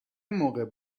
موقع